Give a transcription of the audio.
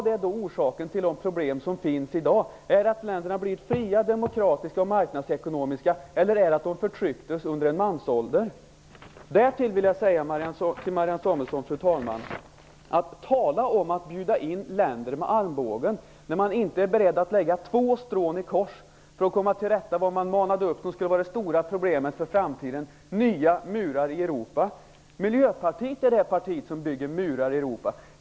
Är orsaken till de problem som finns i dag att länderna har blivit fria, demokratiska och marknadsekonomiska, eller är det att de förtrycktes under en mansålder? Fru talman! Därtill vill jag säga till Marianne Samuelsson: Tala om att bjuda in länder med armbågen! Man är inte beredd att lägga två strån i kors för att komma till rätta med det som man målade upp som det stora problemet för framtiden: nya murar i Europa. Miljöpartiet är det parti som bygger murar i Europa.